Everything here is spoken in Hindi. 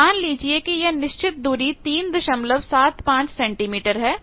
तो मान लीजिए कि यह निश्चित दूरी 375 सेंटीमीटर है